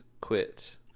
quit